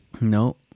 No